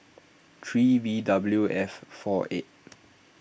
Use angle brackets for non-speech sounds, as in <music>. three V W F four eight <noise>